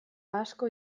asko